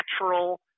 natural